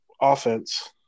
offense